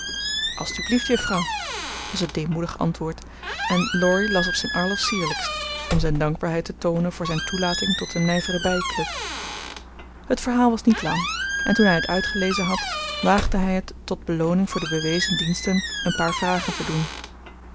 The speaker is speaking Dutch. alstublieft juffrouw was het deemoedig antwoord en laurie las op zijn allersierlijkst om zijn dankbaarheid te toonen voor zijn toelating tot de nijvere bij club het verhaal was niet lang en toen hij het uitgelezen had waagde hij het tot belooning voor de bewezen diensten een paar vragen te doen